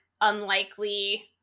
unlikely